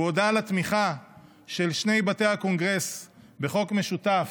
הוא הודה על התמיכה של שני בתי הקונגרס בחוק משותף,